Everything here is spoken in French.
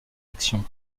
action